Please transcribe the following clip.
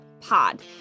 pod